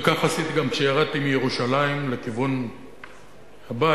וכך עשיתי גם כשירדתי מירושלים לכיוון הבית,